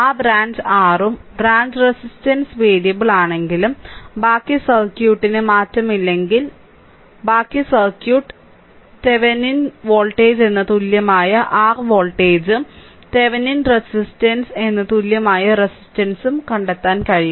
ആ branch r ഉം branch resistance variable ആണെങ്കിലും ബാക്കി സർക്യൂട്ടിന് മാറ്റമില്ലെങ്കിൽ ബാക്കി സർക്യൂട്ടിന് തെവെനിൻ വോൾട്ടേജ് എന്ന തുല്യമായ r വോൾട്ടേജും തെവെനിൻ റെസിസ്റ്റൻസ് എന്ന തുല്യമായ റെസിസ്റ്റൻസും കണ്ടെത്താൻ കഴിയും